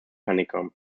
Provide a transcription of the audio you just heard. honeycomb